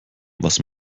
was